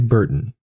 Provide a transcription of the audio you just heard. Burton